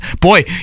Boy